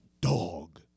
dog